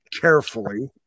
carefully